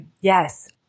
yes